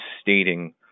stating